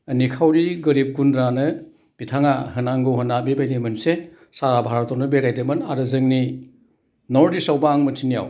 निखावरि गोरिब बिथाङा होनांगौ होनना बेबायदि मोनसे सारा भारतआवनो बेरायदोंमोन आरो जोंनि नर्थ इष्ट आवबो आं मोन्थिनायाव